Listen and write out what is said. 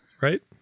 right